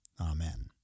Amen